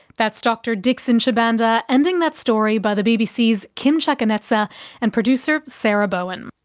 that's dr dixon chibanda ending that story by the bbc's kim chakanetsa and producer sarah bowen.